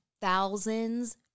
thousands